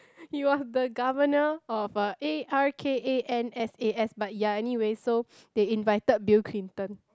he was the governor of uh A R K A N S A S but ya anyway so they invited Bill-Clinton